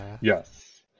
Yes